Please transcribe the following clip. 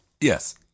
Yes